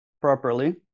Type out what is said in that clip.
properly